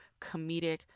comedic